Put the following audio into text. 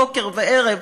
בוקר וערב,